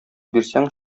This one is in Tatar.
бирсәң